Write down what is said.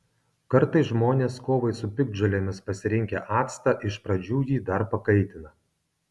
kartais žmonės kovai su piktžolėmis pasirinkę actą iš pradžių jį dar pakaitina